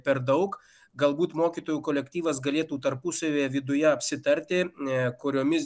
per daug galbūt mokytojų kolektyvas galėtų tarpusavyje viduje apsitarti nes kuriomis